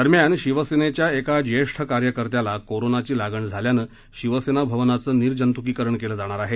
दरम्यान शिवसेनेच्या एका ज्येष्ठ कार्यकर्त्याला कोरोनाची लागण झाल्यानं शिवसेना भवनाचं निर्जंतुकीकरण केलं जाणार आहे